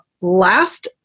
last